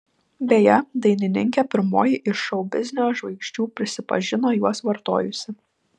beje dainininkė pirmoji iš šou biznio žvaigždžių prisipažino juos vartojusi